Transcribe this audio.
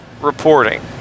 reporting